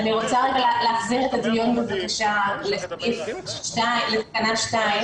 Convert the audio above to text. אני רוצה להחזיר את הדיון לתקנה 2,